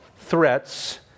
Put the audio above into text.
threats